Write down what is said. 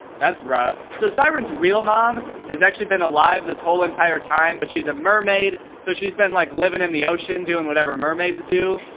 that's rough. so siren's real mom has actually been alive this whole entire time, but she's a mermaid. so she's been like living in the ocean, doing whatever mermaids do. it's